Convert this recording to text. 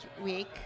week